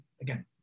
again